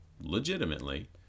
legitimately